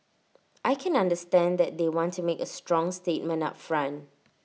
I can understand that they want to make A strong statement up front